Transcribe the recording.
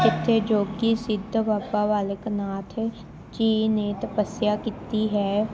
ਜਿੱਥੇ ਯੋਗੀ ਸਿੱਧ ਬਾਬਾ ਬਾਲਕ ਨਾਥ ਜੀ ਨੇ ਤਪੱਸਿਆ ਕੀਤੀ ਹੈ